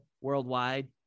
worldwide